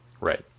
right